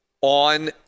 on